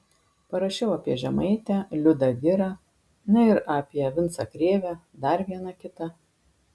parašiau apie žemaitę liudą girą na ir apie vincą krėvę dar vieną kitą